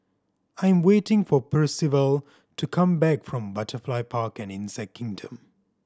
I'm waiting for Percival to come back from Butterfly Park and Insect Kingdom